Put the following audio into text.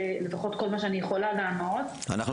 לפחות לכל מה שאני יכולה לענות --- אנחנו